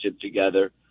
together